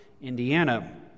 Indiana